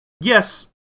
yes